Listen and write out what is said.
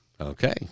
Okay